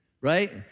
Right